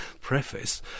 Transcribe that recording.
preface